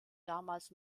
damals